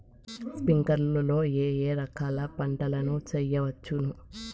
స్ప్రింక్లర్లు లో ఏ ఏ రకాల పంటల ను చేయవచ్చును?